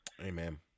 amen